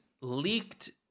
leaked